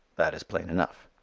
that is plain enough.